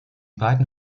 beiden